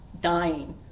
dying